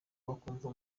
bakumva